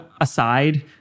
aside